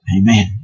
Amen